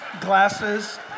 glasses